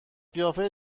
قیافه